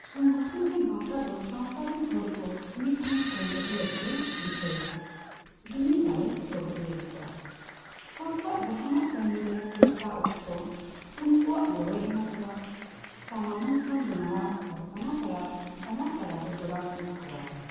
ᱥᱚᱝᱜᱚᱴᱷᱚᱱ ᱨᱮ ᱜᱟᱶᱛᱟ ᱫᱚ ᱥᱟᱶᱛᱟ ᱨᱮᱱ ᱦᱚᱲ ᱠᱚ ᱢᱤᱫᱴᱷᱮᱱ ᱛᱚᱞ ᱫᱚᱦᱚ ᱞᱟᱹᱜᱤᱫᱼᱮ ᱨᱤᱠᱟᱹᱭᱟ ᱡᱩᱢᱤᱫ ᱫᱟᱲᱮ ᱥᱚᱫᱚᱨ ᱞᱟᱹᱭᱟᱠᱚᱣᱟᱭ ᱦᱚᱲ ᱠᱚᱣᱟᱜ ᱡᱟᱦᱟᱱᱟᱜ ᱠᱟᱹᱢᱤᱨᱮ ᱪᱮᱥᱴᱟ ᱚᱠᱛᱚ ᱩᱱᱠᱩᱣᱟᱜ ᱜᱚᱲᱚᱭ ᱮᱢᱟ ᱠᱚᱣᱟ ᱥᱟᱢᱟᱱᱚᱢ ᱥᱟᱶ ᱡᱚᱱᱚᱲᱟᱣ ᱟᱨ ᱵᱟᱱᱟᱨ ᱵᱟᱱᱟᱨ ᱛᱟᱞᱟᱨᱮ ᱡᱚᱲᱟᱣ ᱢᱤᱫ ᱠᱚᱣᱟᱭ